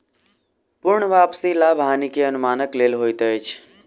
पूर्ण वापसी लाभ हानि के अनुमानक लेल होइत अछि